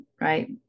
right